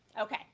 Okay